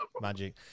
Magic